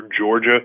georgia